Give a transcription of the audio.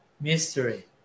mystery